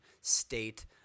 state